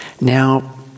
Now